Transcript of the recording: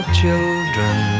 children